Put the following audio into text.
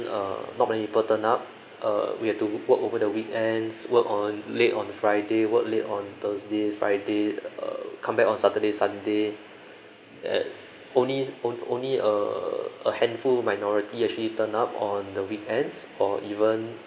uh not many people turn up uh we have to work over the weekends work on late on friday work late on thursday friday uh come back on saturday sunday and only on~ only a a handful minority actually turn up on the weekends or even